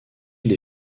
les